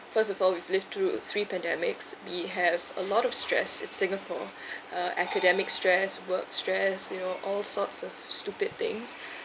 first of all we've lived through three pandemics we have a lot of stress in singapore uh academic stress work stress you know all sorts of stupid things